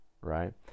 right